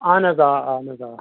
اَہَن حظ آ اَہَن حظ آ